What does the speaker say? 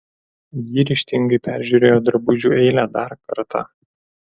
ji ryžtingai peržiūrėjo drabužių eilę dar kartą